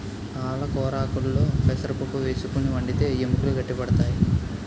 పాలకొరాకుల్లో పెసరపప్పు వేసుకుని వండితే ఎముకలు గట్టి పడతాయి